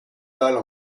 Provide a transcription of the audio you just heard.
balle